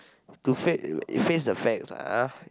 to fa~ face the facts lah